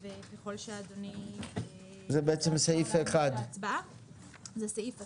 וככל שאדוני- -- זה בעצם סעיף 1. זה סעיף 1,